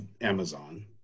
Amazon